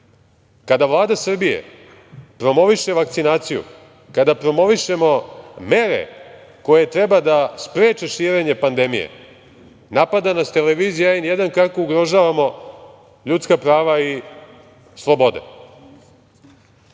Kada Vlada Srbije promoviše vakcinaciju, kada promovišemo mere koje treba da spreče širenje pandemije, napada na televizija N1 kako ugrožavamo ljudska prava i slobode.